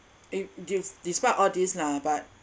it des~ despite all this lah but